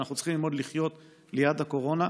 ואנחנו צריכים ללמוד לחיות ליד הקורונה,